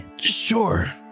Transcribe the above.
Sure